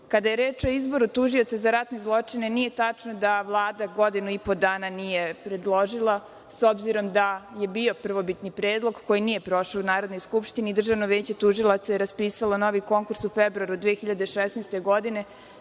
je reč o izboru tužioca za ratne zločine, nije tačno da Vlada godinu i po dana nije predložila, s obzirom da je bio prvobitni predlog koji nije prošao u Narodnoj skupštini i Državno veće tužilaca je raspisalo novi konkurs u februaru 2016. godine.